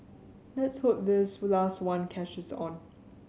let's hope this with last one catches on